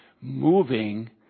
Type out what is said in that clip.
moving